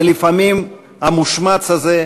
ולפעמים-מושמץ הזה,